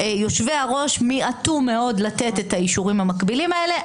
יושבי-הראש מיעטו מאוד לתת את האישורים המקבילים האלה.